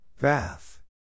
Bath